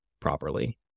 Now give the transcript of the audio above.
properly